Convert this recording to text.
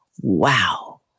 Wow